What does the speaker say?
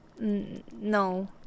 No